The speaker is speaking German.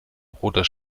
roter